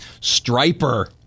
Striper